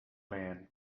man